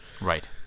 right